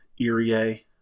Irie